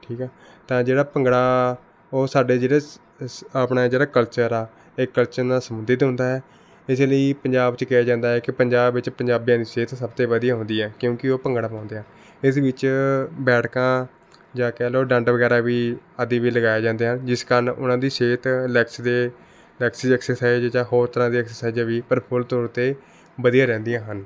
ਠੀਕ ਹੈ ਤਾਂ ਜਿਹੜਾ ਭੰਗੜਾ ਉਹ ਸਾਡੇ ਜਿਹੜੇ ਸ ਸ ਆਪਣੇ ਜਿਹੜਾ ਕਲਚਰ ਆ ਇਹ ਕਲਚਰ ਨਾਲ ਸੰਬੰਧਿਤ ਹੁੰਦਾ ਹੈ ਇਸੇ ਲਈ ਪੰਜਾਬ 'ਚ ਕਿਹਾ ਜਾਂਦਾ ਹੈ ਕਿ ਪੰਜਾਬ ਵਿੱਚ ਪੰਜਾਬੀਆਂ ਦੀ ਸਿਹਤ ਸਭ ਤੋਂ ਵਧੀਆ ਹੁੰਦੀ ਹੈ ਕਿਉਂਕਿ ਉਹ ਭੰਗੜਾ ਪਾਉਂਦੇ ਹਨ ਇਸ ਵਿੱਚ ਬੈਠਕਾਂ ਜਾਂ ਕਹਿ ਲਉ ਡੰਡ ਵਗੈਰਾ ਵੀ ਆਦਿ ਵੀ ਲਗਾਏ ਜਾਂਦੇ ਹਨ ਜਿਸ ਕਾਰਨ ਉਹਨਾਂ ਦੀ ਸਿਹਤ ਲੈਗਸ ਦੇ ਲੈਗਸ ਦੀ ਐਕਸਾਇਜ ਜਾਂ ਹੋਰ ਤਰ੍ਹਾਂ ਦੀ ਐਕਸਾਇਜਾਂ ਵੀ ਪ੍ਰਫੁੱਲਿਤ ਤੌਰ 'ਤੇ ਵਧੀਆ ਰਹਿੰਦੀਆਂ ਹਨ